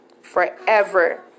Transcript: forever